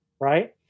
right